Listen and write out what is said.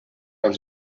vem